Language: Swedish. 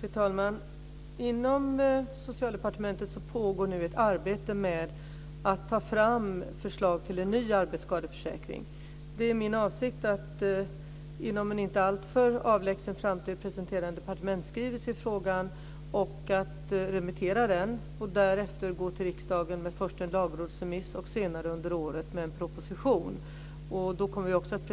Fru talman! Inom Socialdepartementet pågår nu ett arbete med att ta fram förslag till en ny arbetsskadeförsäkring. Det är min avsikt att inom en inte alltför avlägsen framtid presentera en departementsskrivelse i frågan och att remittera den samt att därefter gå till riksdagen med först en lagrådsremiss och senare under året en proposition. Då kommer vi också att